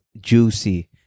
juicy